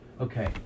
Okay